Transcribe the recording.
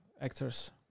actors